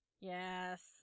Yes